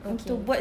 okay